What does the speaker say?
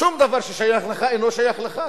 שום דבר ששייך לך אינו שייך לך.